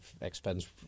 expense